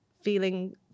feeling